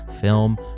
film